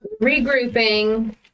Regrouping